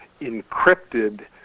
encrypted